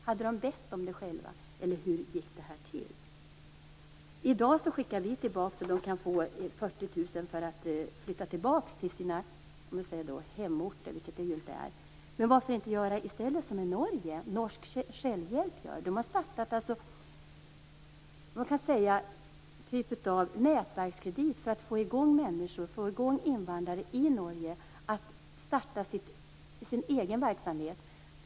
Hade de bett om det själva, eller hur gick det till? I dag ger vi flyktingar 40 000 kr för att flytta tillbaka till sina "hemorter", vilket det ju inte är. Men varför inte i stället göra som i Norge? Norsk självhjälp har startat en typ av nätverkskredit för att få invandrare i Norge att starta egen verksamhet.